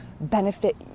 benefit